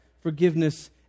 forgiveness